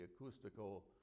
acoustical